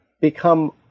become